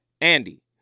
Andy